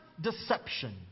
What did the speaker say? deception